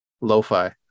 lo-fi